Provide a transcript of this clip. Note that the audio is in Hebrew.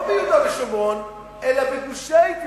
לא ביהודה ושומרון אלא בגושי ההתיישבות.